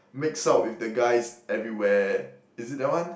makes out with the guys everywhere is it that one